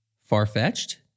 Far-fetched